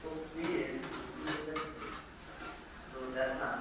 দুশো কুড়ি একটু বেশিই হয়ে যাচ্ছে গো তো দেখো না